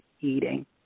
eating